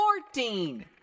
Fourteen